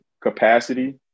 capacity